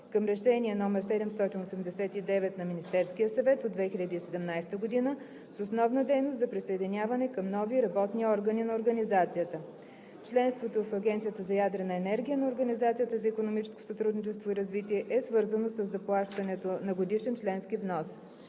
към Решение № 789 на Министерския съвет от 2017 г. с основна дейност за присъединяване към нови работни органи на Организацията. Членството в Агенцията за ядрена енергия на Организацията за икономическо сътрудничество и развитие е свързано със заплащането на годишен членски внос.